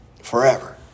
Forever